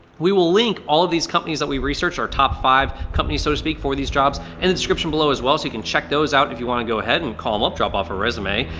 we will link all of these companies that we research our top five companies so to speak for these jobs in the description below as well so you can check those out if you want to go ahead and call them up, drop off a resume.